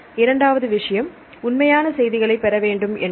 இரண்டாவது விஷயம் உண்மையான செய்திகளை பெற வேண்டும் என்பது